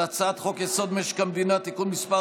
הצעת חוק-יסוד: משק המדינה (תיקון מס'